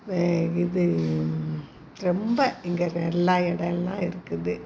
இது ரொம்ப இங்கே நல்லா இடம்லாம் இருக்குது